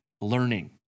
learning